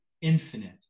infinite